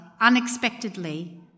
unexpectedly